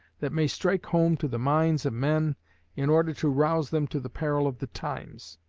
that may strike home to the minds of men in order to rouse them to the peril of the times.